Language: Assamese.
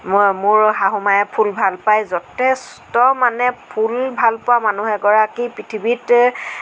মই মোৰ শাহু মায়ে ফুল ভাল পায় যথেষ্ট মানে ফুল ভাল পোৱা মানুহ এগৰাকী পৃথিৱীত